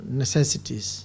necessities